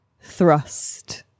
thrust